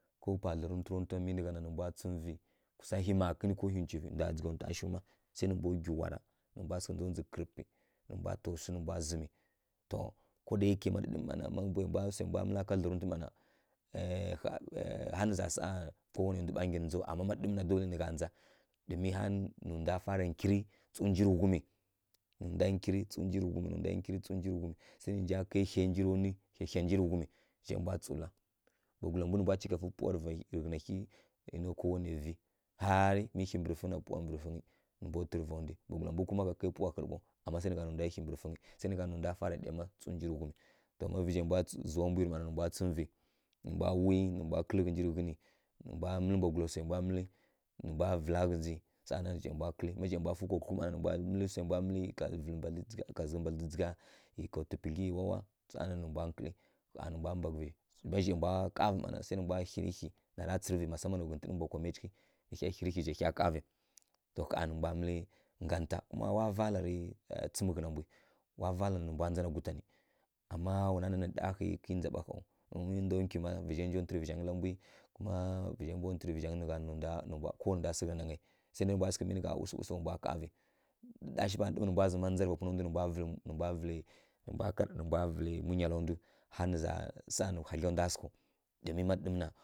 Ko pa dlaruntǝ ra ntwi sai nǝ gha nǝ nǝ mbwa tsǝmǝvǝ kusa hi makǝnǝ ko hi ncufǝ ndwa dzǝgha ntwa shiw mma sai nǝ mbwa ggyi wura nǝ mbwa sǝghǝ ndzondzǝ kǝrǝpǝ nǝ taw swi nǝ mbwa zǝmǝ ko da yake mma sai mbwa mǝla ka dlarntǝ mma na harǝ nǝ za saˈa kowanai ndu ɓa nggyi ndzaw ama má ɗǝɗǝmǝ na dolai nǝ gha ndza domin harǝ nǝ ndwa fara nggyirǝ tsǝw nj rǝ ghumi nǝ ndwa nggyirǝ nǝ ndwa nggyirǝ sai nǝ nja kai hia hia nji ra nwi tsǝw nji rǝ ghumi zhai mbwa tsǝw la mbwagula mbu nǝ mbwa cika fǝ pawa rǝ vi kǝnǝ zhai mbwa tsǝ la mi hi mbǝrǝfǝngǝ na pawa mbǝrǝfǝngǝ nǝ mbwa twi mbwagula mbu mma ka kai pawa ghǝrǝ ɓaw ama sai nǝ gha nǝ nǝ ndwa hi mbǝrǝfǝngǝ sai nǝ gha nǝ nǝ ndwa fara ɗya ma tsǝw nji rǝ ghumi daga vǝzhai mbwa zǝwabuyi rǝ mma sai nǝ mbwa tsǝmǝvǝ nǝ mbwa wui nǝ mbwa kǝlǝ ghǝnji rǝ ghǝnǝ nǝ mbwa mǝlǝ swai mbwa mǝlǝ nǝ mbwa vǝla ghǝnji zhai mbwa kǝlǝ ma zhai mbwa kǝlǝ dzai rǝ kuthlyi mma na nǝ mbwa mǝlǝ swai mba mǝlǝ ˈyi ka zǝghǝ mbadlǝ dzǝgha ˈyi ka twi pudlyi zhai mbwa kǝli, ma zhai mbwa kavǝ mma na sai nǝ mbwa hirǝ hi na ra tsǝrǝvǝ masaman ghǝtǝn mbwa miya cighǝ nǝ hya hirǝ hi zghai hya kavǝ to ƙha nǝ mbwa mǝlǝ nggan nta kuma wa valarǝ tsǝmǝ ghuna mbwi wa valarǝ nǝ mbwa ndza gutanǝ ama wana nanǝ tarǝhǝ kai ndza ɓa hawu ma ndwa nkwi na vǝzhai nja ntu rǝ vǝzhaingǝ la mbwi sai dai ndwa sǝghǝ miyi nǝ gha usi usi wa mbwa wa kavǝ nǝ mbwa vǝlǝ nǝ mbwa vǝlǝ munyala ndu harǝ nǝ za saˈa nǝ hadlya ndwa sǝgha domin ma ɗǝɗǝmǝ na.